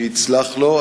וכשיצלח בידו,